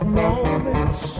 moments